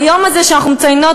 היום הזה שאנחנו מציינות,